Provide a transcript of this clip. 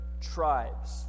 tribes